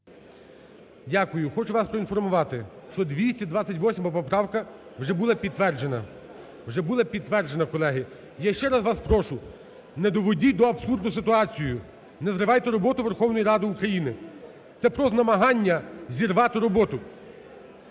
Дякую. Хочу вас поінформувати, що 228 поправка вже була підтверджена… вже була підтверджена. Колеги, я ще раз вас прошу не доведіть до абсурду ситуацію, не зривайте роботу Верховної Ради України це просто намагання зірвати роботу.